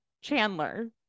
Chandler